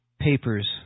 papers